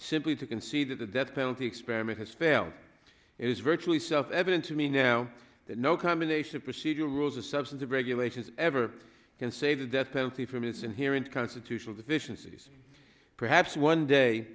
simply to concede that the death penalty experiment has failed it is virtually self evident to me now that no combination of procedural rules or substantive regulations ever can save a death penalty from its inherent constitutional deficiencies perhaps one day